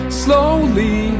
slowly